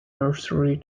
nursery